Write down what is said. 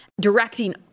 directing